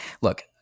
look